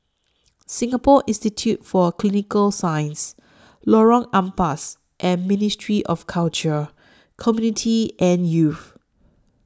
Singapore Institute For Clinical Sciences Lorong Ampas and Ministry of Culture Community and Youth